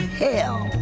hell